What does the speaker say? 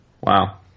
Wow